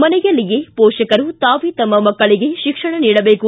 ಮನೆಯಲ್ಲಿಯೇ ಪೋಷಕರು ತಾವೇ ತಮ್ಮ ಮಕ್ಕಳಿಗೆ ಶಿಕ್ಷಣ ನೀಡಬೇಕು